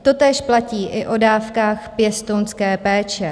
Totéž platí i o dávkách pěstounské péče.